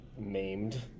maimed